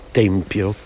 tempio